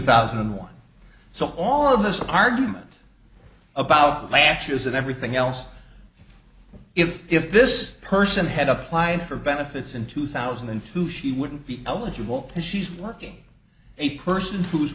thousand and one so all of this argument about latches and everything else if if this person had applied for benefits in two thousand and two she wouldn't be eligible because she's working a person who's